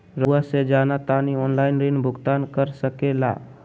रहुआ से जाना तानी ऑनलाइन ऋण भुगतान कर सके ला?